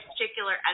particular